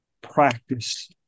practice